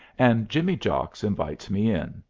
and jimmy jocks invites me in.